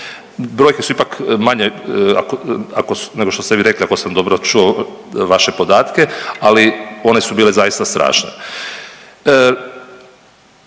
Brojke su ipak manje, ako, ako su, nego što ste vi rekli ako sam dobro čuo vaše podatke, ali one su bile zaista strašne.